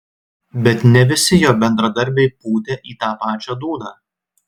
bet ne visi jo bendradarbiai pūtė į tą pačią dūdą